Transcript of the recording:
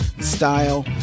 style